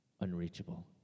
unreachable